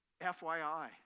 FYI